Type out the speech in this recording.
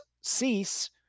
cease